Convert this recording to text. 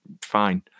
fine